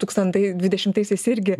tūkstantai dvidešimtaisiais irgi